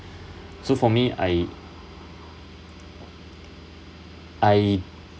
so for me I I